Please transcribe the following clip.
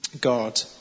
God